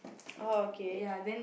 orh okay